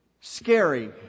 scary